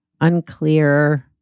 unclear